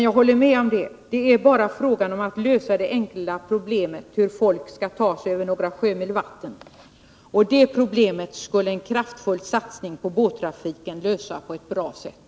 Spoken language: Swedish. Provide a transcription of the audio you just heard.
Jag håller med om att det bara är fråga om att lösa det enkla problemet hur folk skall ta sig över några sjömil vatten. Det problemet skulle en kraftfull satsning på båttrafiken lösa på ett bra sätt.